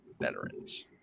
veterans